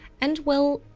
and, well,